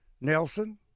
Nelson